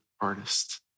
artist